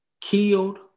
killed